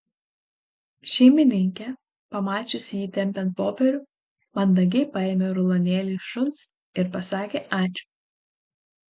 šeimininkė pamačiusi jį tempiant popierių mandagiai paėmė rulonėlį iš šuns ir pasakė ačiū